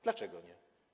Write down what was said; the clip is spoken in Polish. Dlaczego nie?